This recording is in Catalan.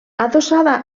adossada